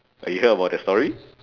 you heard about that story